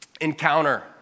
encounter